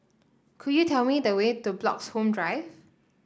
could you tell me the way to Bloxhome Drive